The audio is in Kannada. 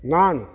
ನಾನು